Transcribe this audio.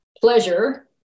pleasure